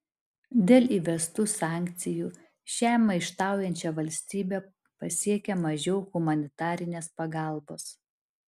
dėl įvestų sankcijų šią maištaujančią valstybę pasiekia mažiau humanitarinės pagalbos